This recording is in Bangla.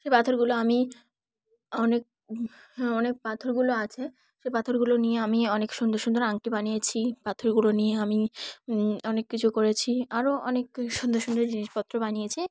সে পাথরগুলো আমি অনেক অনেক পাথরগুলো আছে সে পাথরগুলো নিয়ে আমি অনেক সুন্দর সুন্দর আংটি বানিয়েছি পাথরগুলো নিয়ে আমি অনেক কিছু করেছি আরও অনেক সুন্দর সুন্দর জিনিসপত্র বানিয়েছি